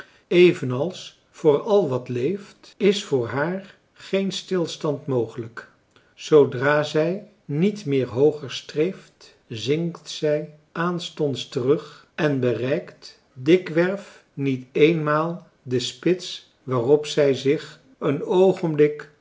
evenals voor al wat leeft is voor haar geen stilstand mogelijk zoodra zij niet meer hooger streeft zinkt zij aanstonds terug en marcellus emants een drietal novellen bereikt dikwerf niet eenmaal de spits waarop zij zich een oogenblik